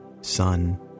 Son